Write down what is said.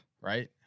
right